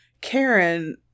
Karen